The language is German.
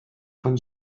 von